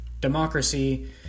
democracy